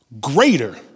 greater